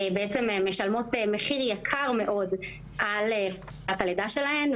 משלמות מחיר יקר מאוד על חופשת הלידה שלהן,